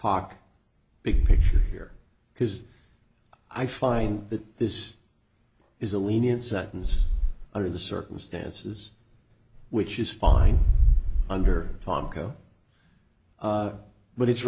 talk big picture here because i find that this is a lenient sentence under the circumstances which is fine under pago but it's